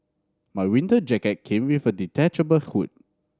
my winter jacket came with a detachable hood